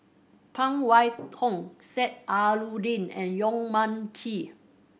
Phan Wait Hong Sheik Alau'ddin and Yong Mun Chee